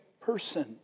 person